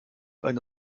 eine